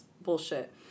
bullshit